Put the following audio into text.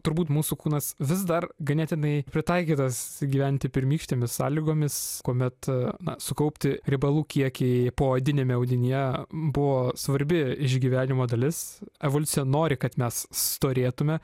turbūt mūsų kūnas vis dar ganėtinai pritaikytas gyventi pirmykštėmis sąlygomis kuomet na sukaupti riebalų kiekį poodiniame audinyje buvo svarbi išgyvenimo dalis evoliucija nori kad mes storėtume